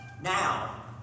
Now